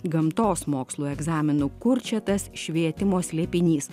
gamtos mokslų egzaminų kur čia tas švietimo slėpinys